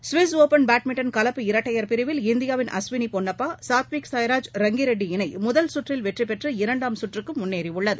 Swiss open badminton கலப்பு இரட்டையர் பிரிவில் இந்தியாவின் அஸ்வினிபொன்னப்பா சாத்விக் சாய்ராஜ் ரங்கிரெட்டி இணைமுதல் சுற்றில் வெற்றிபெற்று இரண்டாம் சுற்றுக்குமுன்னேறியுள்ளது